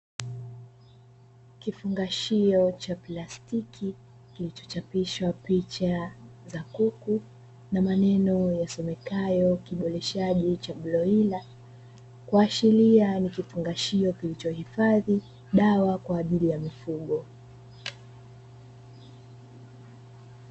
Kifungashio cha plastiki kilichochapishwa picha za kuku na maneno yasomekayo "Kiboreshaji cha broila" kuashiria ni kifungashio kilichohifadhi dawa kwa ajili ya mifugo.